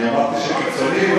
אני אמרתי שהוא קיצוני?